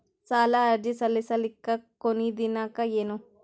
ಸಾಲ ಅರ್ಜಿ ಸಲ್ಲಿಸಲಿಕ ಕೊನಿ ದಿನಾಂಕ ಏನು?